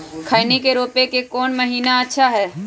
खैनी के रोप के कौन महीना अच्छा है?